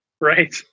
right